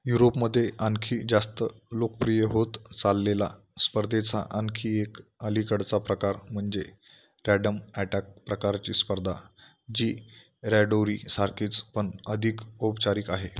युरोपमध्ये आणखी जास्त लोकप्रिय होत चाललेला स्पर्धेचा आणखी एक अलीकडचा प्रकार म्हणजे रॅडम अटॅक प्रकारची स्पर्धा जी रॅडोरी सारखीच पण अधिक औपचारिक आहे